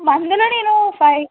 మందులో నేను ఫైవ్